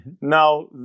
Now